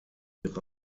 ihre